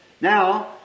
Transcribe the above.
Now